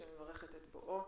שאני מברכת את בואו